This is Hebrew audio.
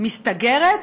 מסתגרת,